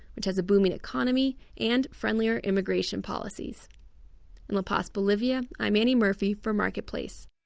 which has a booming economy, and friendlier immigration policies in la paz, bolivia, i'm annie murphy for marketplace